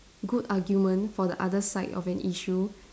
good argument for the other side of an issue